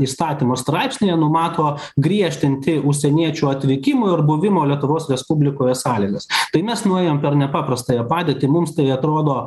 įstatymo straipsnyje numato griežtinti užsieniečių atvykimo ir buvimo lietuvos respublikoje sąlygas tai mes nuėjom per nepaprastąją padėtį mums tai atrodo